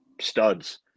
studs